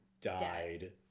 died